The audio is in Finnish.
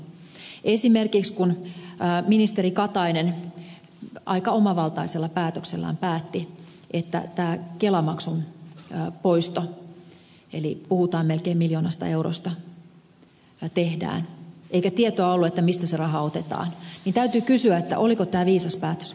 esimerkiksi kun ministeri katainen aika omavaltaisella päätöksellään päätti että tämä kelamaksun poisto eli puhutaan melkein miljoonasta eurosta tehdään eikä tietoa ollut mistä se raha otetaan niin täytyy kysyä oliko tämä viisas päätös